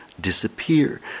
disappear